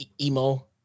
Emo